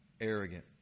arrogant